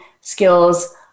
skills